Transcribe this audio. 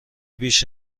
بیش